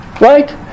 right